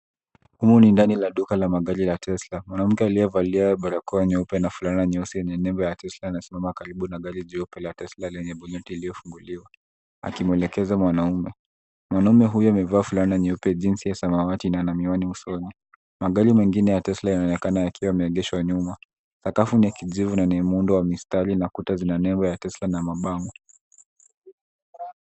Huu ni ndani ya duka la magari la Tesla. Mwanamke aliyevalia barakoa nyeupe na fulana nyeusi yenye nembo ya Tesla anasimama karibu na gari jeupe la Tesla lenye buti uliofunguliwa, akimuelekeza mwanamume. Mwanamume huyo amevaa fulana nyeupe, jinzi ya samawati na ana miwani usoni. Magari mengine ya Tesla yanaonekana yakiwa yameegeshwa nyuma. Sakafu ni ya kijivu na yenye muundo wa mistari na kuta zina nembo ya Tesla na mabango.